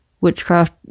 witchcraft